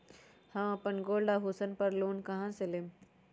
हम अपन गोल्ड आभूषण पर लोन कहां से लेम?